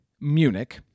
Munich